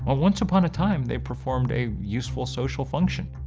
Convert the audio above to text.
ah once upon a time, they performed a useful social function.